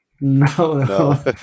No